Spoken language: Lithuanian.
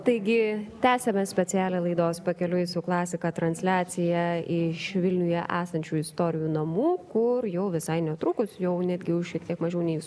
taigi tęsiame specialią laidos pakeliui su klasika transliaciją iš vilniuje esančių istorijų namų kur jau visai netrukus jau netgi už šiek tiek mažiau nei